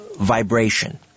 vibration